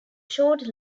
short